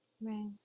Right